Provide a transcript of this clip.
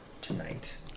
tonight